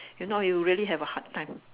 you know you really have a hard time